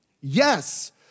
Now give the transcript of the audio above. Yes